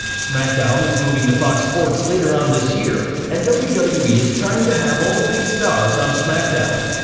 smackdown is moving to fox sports later on this year and wwe wwe is trying to have all the big stars on smackdown.